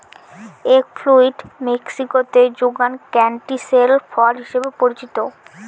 egg fruit মেক্সিকোতে যুগান canistel ফল হিসাবে পরিচিত